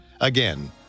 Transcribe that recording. Again